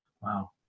Wow